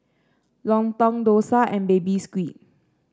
lontong dosa and Baby Squid